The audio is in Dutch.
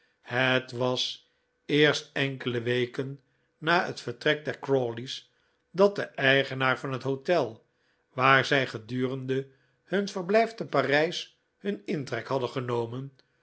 het was eerst enkele weken na het vertrek der crawley's dat de eigenaar van het hotel waar zij gedurende hun verblijf te parijs hun intrek hadden genomen